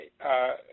okay